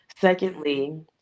Secondly